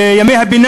המים.